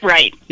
Right